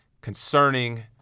concerning